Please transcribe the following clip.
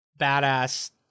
badass